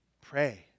Pray